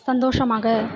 சந்தோஷமாக